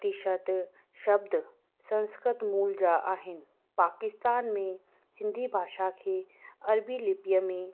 प्रतिशत शब्द संस्कृति मूल जा आहिनि पाकिस्तान में सिंधी भाषा खे अर्बी लिपीअ में